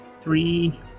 Three